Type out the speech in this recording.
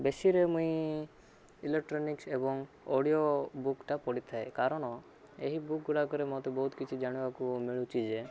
ବେଶୀରେ ମୁଇଁ ଇଲେକ୍ଟ୍ରୋନିକ୍ସ ଏବଂ ଅଡ଼ିଓ ବୁକ୍ଟା ପଢ଼ିଥାଏ କାରଣ ଏହି ବୁକ୍ଗୁଡ଼ାକରେ ମୋତେ ବହୁତ କିଛି ଜାଣିବାକୁ ମିଳୁଛି ଯେ